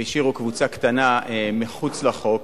והשאירו קבוצה קטנה מחוץ לחוק.